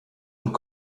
und